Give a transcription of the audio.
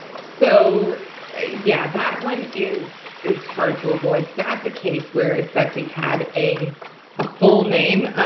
so yeah, that one is is hard to avoid. that's a case where if betsy had a a full name,